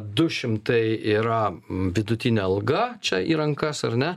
du šimtai yra vidutinė alga čia į rankas ar ne